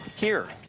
here?